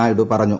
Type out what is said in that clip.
നായിഡു പറഞ്ഞു